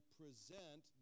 present